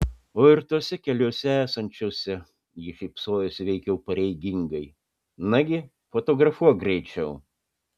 o ir tose keliose esančiose ji šypsojosi veikiau pareigingai nagi fotografuok greičiau